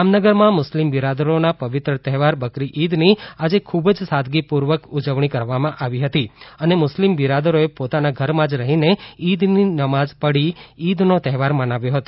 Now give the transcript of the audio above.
જામનગરમાં મુસ્લિમ બિરાદરોના પવિત્ર તહેવાર બકરી ઇદની આજે ખૂબ જ સાદગીપૂર્વક ઉજવણી કરવામાં આવી હતી અને મુસ્લિમ બિરાદરોએ પોતાના ઘરમાં જ રફીને ઈદની નમાઝ પઢી ઈદનો તહેવાર મનાવ્યો હતો